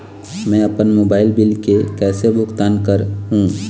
मैं अपन mobile bill के कैसे भुगतान कर हूं?